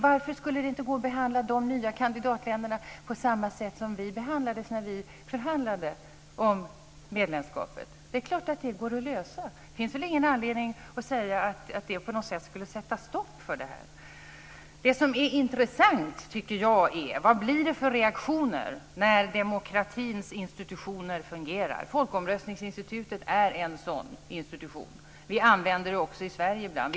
Varför skulle det inte gå att behandla de nya kandidatländerna på samma sätt som vi behandlades när vi förhandlade om medlemskapet? Det är klart att det går att lösa. Det finns väl ingen anledning att säga att folkomröstningens resultat skulle sätta stopp för utvidgningen. Det som är intressant är vad det blir för reaktioner när demokratins institutioner fungerar. Folkomröstning är en sådan institution. Vi använder oss av folkomröstning också i Sverige ibland.